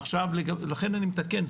עכשיו לכן אני מתקן,